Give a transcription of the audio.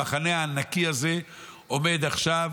המחנה הענק הזה עומד עכשיו